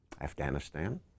Afghanistan